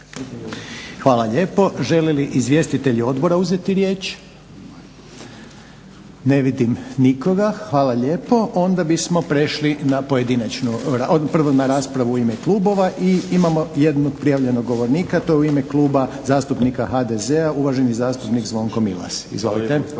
Hvala lijepo. Žele li izvjestitelji odbora uzeti riječ? Ne vidim nikoga. Hvala lijepo. Onda bismo prešli na raspravu u ime klubova i imamo jednog prijavljenog govornika, to je u ime Kluba zastupnika HDZ-a uvaženi zastupnik Zvonko Milas. Izvolite. **Milas,